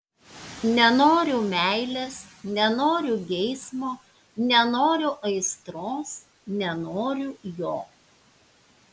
nenoriu meilės nenoriu geismo nenoriu aistros nenoriu jo